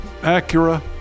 Acura